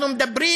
אנחנו מדברים